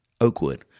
Oakwood